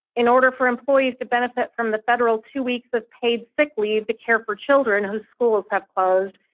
in order for employees to benefit from the federal two weeks of paid sick leave to care for children whose schools have closed,